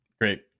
Great